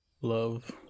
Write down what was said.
Love